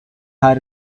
her